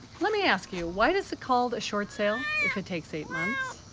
let me ask you. why is it called a short sale if it takes eight months?